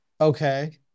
Okay